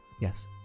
Yes